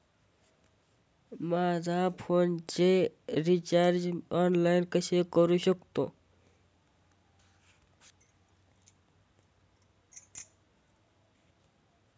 माझ्या फोनचे recharge online कसे करू शकतो?